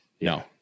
No